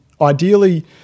ideally